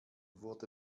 wurde